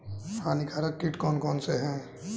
हानिकारक कीट कौन कौन से हैं?